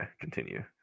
continue